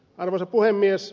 arvoisa puhemies